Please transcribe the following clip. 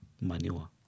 manure